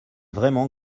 vraiment